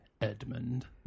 Edmund